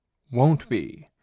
won't be.